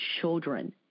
children